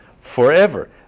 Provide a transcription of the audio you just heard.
forever